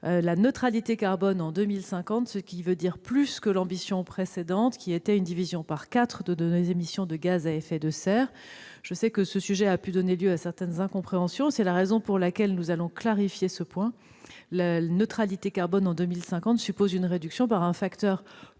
la neutralité carbone en 2050. C'est plus que l'objectif précédent, à savoir une division par quatre de nos émissions de gaz à effet de serre. Je sais que ce sujet a pu donner lieu à certaines incompréhensions. C'est la raison pour laquelle nous allons clarifier ce point. La neutralité carbone en 2050 suppose une réduction de nos émissions par